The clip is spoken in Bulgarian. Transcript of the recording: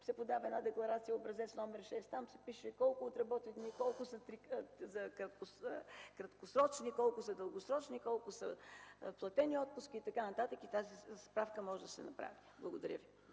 се подава една декларация, Образец № 6, там пише колко са отработените дни, колко са краткосрочни, колко са дългосрочни, колко са платени отпуски и така нататък, и тази справка може да се направи. Благодаря ви.